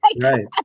right